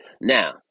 Now